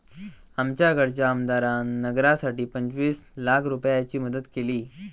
आमच्याकडच्या आमदारान नगरासाठी पंचवीस लाख रूपयाची मदत केली